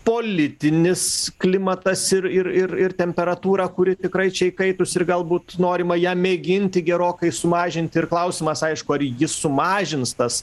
politinis klimatas ir ir ir ir temperatūra kuri tikrai čia įkaitus ir galbūt norima ją mėginti gerokai sumažinti ir klausimas aišku ar jis sumažins tas